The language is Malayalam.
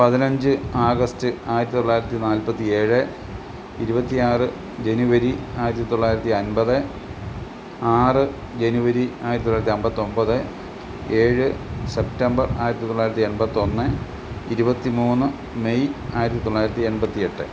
പതിനഞ്ച് ആഗസ്റ്റ് ആയിരത്തി തൊള്ളായിരത്തി നാല്പത്തി ഏഴ് ഇരുപത്തിയാറ് ജനുവരി ആയിരത്തി തൊള്ളായിരത്തി അൻപത് ആറ് ജനുവരി ആയിരത്തി തൊള്ളായിരത്തി അമ്പത്തി ഒന്പത് ഏഴ് സെപ്റ്റംബർ ആയിരത്തി തൊള്ളായിരത്തി എൺപത്തി ഒന്ന് ഇരുപത്തിമൂന്ന് മെയ് ആയിരത്തി തൊള്ളായിരത്തി എൺപത്തിയെട്ട്